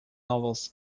novels